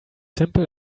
simple